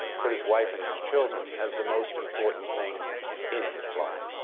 put his wife and his children as the most important thing in his life.